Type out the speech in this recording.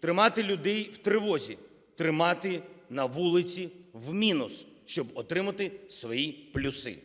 тримати людей в тривозі, тримати на вулиці в мінус, щоб отримати свої плюси.